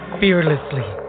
fearlessly